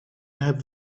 hebben